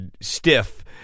stiff